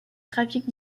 trafic